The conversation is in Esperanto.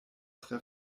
tre